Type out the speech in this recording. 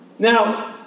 Now